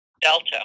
Delta